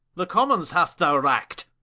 the commons hast thou rackt,